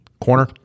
corner